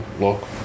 look